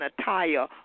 attire